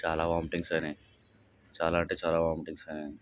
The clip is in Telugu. చాలా వామితింగ్స్ అయినాయి చాలా అంటే చాలా వామితింగ్స్ అయినాయి